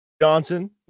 Johnson